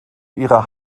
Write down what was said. ihrer